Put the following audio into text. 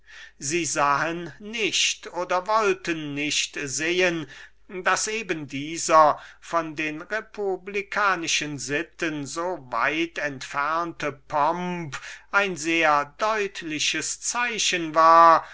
und sahen nicht oder wollten nicht sehen daß eben dieser von den republikanischen sitten so weit entfernte pomp ein sehr deutliches zeichen war